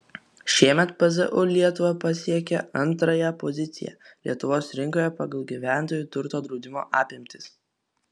šiemet pzu lietuva pasiekė antrąją poziciją lietuvos rinkoje pagal gyventojų turto draudimo apimtis